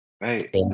Right